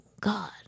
God